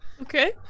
Okay